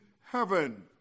heaven